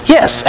Yes